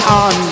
on